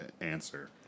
answer